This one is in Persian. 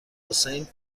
حسین